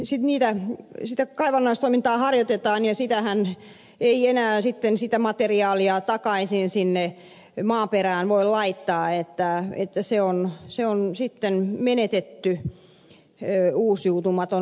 isi mitä esitä kaivannaistoimintaaretetaan ja sitähän materiaalia ei enää sitten takaisin sinne maaperään voi laittaa ei tää että se on se on sitten menetetty uusiutumaton luonnonvara